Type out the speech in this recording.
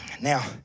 Now